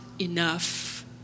enough